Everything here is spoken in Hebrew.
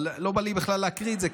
אבל לא בא לי בכלל להקריא את זה,